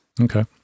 Okay